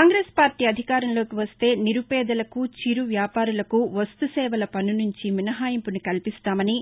కాంగ్రెస్ పార్లీ అధికారంలోకి వస్తే నిరుపేదలకు చిరు వ్యాపారులకు వస్తు సేవల పన్ను నుంచి మినహాయింపును కల్పిస్తామని